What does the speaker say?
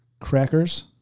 crackers